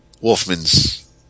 Wolfman's